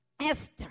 Esther